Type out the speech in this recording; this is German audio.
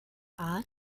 art